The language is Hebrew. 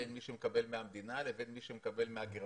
בין מי שמקבל מהמדינה לבין מי שמקבל מהגרמנים